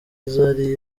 zari